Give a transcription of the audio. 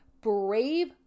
Brave